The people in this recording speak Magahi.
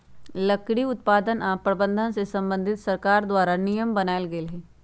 लकड़ी उत्पादन आऽ प्रबंधन से संबंधित सरकार द्वारा नियम बनाएल गेल हइ